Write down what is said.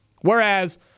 Whereas